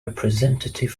representative